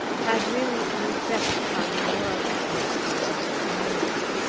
had really an effect upon the moral atmosphere of the community.